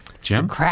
Jim